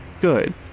good